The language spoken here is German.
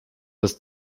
das